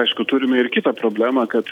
aišku turime ir kitą problemą kad